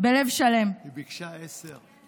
בלב שלם, היא ביקשה עשר.